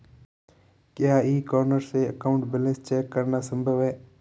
क्या e corner से account balance check करना संभव है?